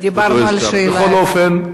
דיברנו על שאלה אחת.